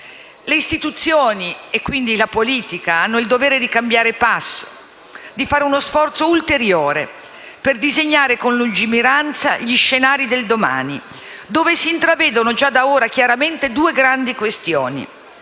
Le istituzioni, e quindi la politica, hanno il dovere di cambiare passo, di fare uno sforzo ulteriore per disegnare con lungimiranza gli scenari del domani, dove si intravedono già da ora chiaramente due grandi questioni: